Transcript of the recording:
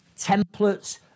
templates